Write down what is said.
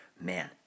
man